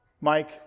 Mike